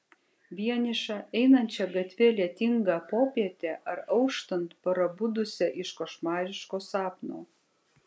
vienišą einančią gatve lietingą popietę ar auštant prabudusią iš košmariško sapno